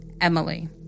Emily